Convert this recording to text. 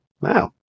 wow